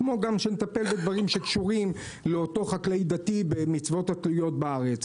כמו שנטפל גם בדברים שקשורים לאותו חקלאי דתי במצוות התלויות בארץ.